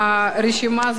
הרשימה סגורה.